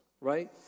Right